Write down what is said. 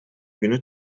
günü